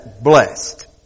blessed